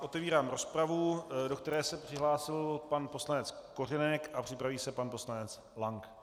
Otevírám rozpravu, do které se přihlásil pan poslanec Kořenek a připraví se pan poslanec Lank.